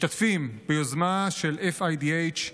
משתתפים ביוזמה של FIDH,